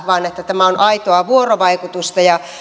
vaan että tämä on aitoa vuorovaikutusta